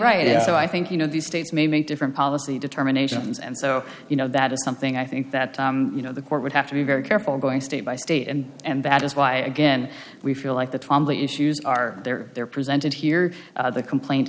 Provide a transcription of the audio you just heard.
and so i think you know these states may make different policy determinations and so you know that is something i think that you know the court would have to be very careful going state by state and and that is why again we feel like the twamley issues are there they're presented here the complaint